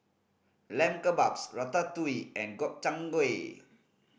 Lamb Kebabs Ratatouille and Gobchang Gui